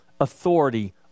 authority